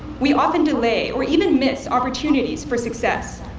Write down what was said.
we often delay or even miss opportunities for success.